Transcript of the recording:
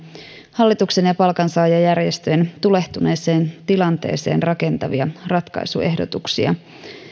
hallituksen ja palkansaajajärjestöjen tulehtuneeseen tilanteeseen rakentavia ratkaisuehdotuksia